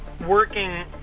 working